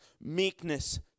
meekness